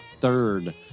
third